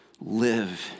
live